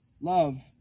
Love